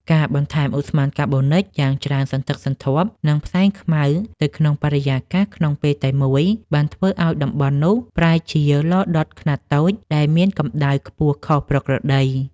ការបន្ថែមឧស្ម័នកាបូនិចយ៉ាងច្រើនសន្ធឹកសន្ធាប់ និងផ្សែងខ្មៅ ទៅក្នុងបរិយាកាសក្នុងពេលតែមួយ បានធ្វើឱ្យតំបន់នោះប្រែជា ឡដុតខ្នាតតូច ដែលមានកម្ដៅខ្ពស់ខុសប្រក្រតី។